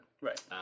Right